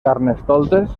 carnestoltes